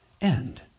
end